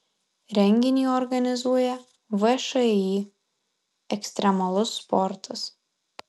renginį organizuoja všį ekstremalus sportas